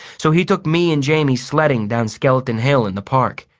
so he took me and jamie sledding down skeleton hill in the park.